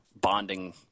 bonding